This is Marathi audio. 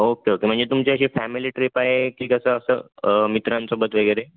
ओके ओके म्हणजे तुमची अशी फॅमिली ट्रिप आहे की कसं असं मित्रांसोबत वगैरे